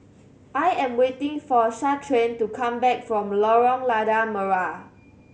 I am waiting for Shaquan to come back from Lorong Lada Merah